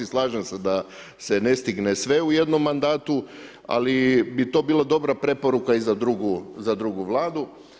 Slažem se da se ne stigne sve u jednom mandatu, ali bi to bilo dobra preporuka i za drugu Vladu.